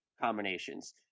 combinations